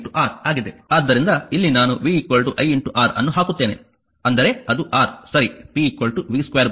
ಆದ್ದರಿಂದ ಇಲ್ಲಿ ನಾನು v iR ಅನ್ನು ಹಾಕುತ್ತೇನೆ ಅಂದರೆ ಅದು R ಸರಿ p v2 R